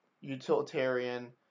utilitarian